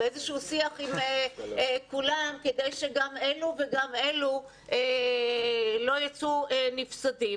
אבל צריך לעשות את זה בשיח עם כולם כדי שגם אלו וגם אלו לא יצאו נפסדים.